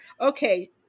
Okay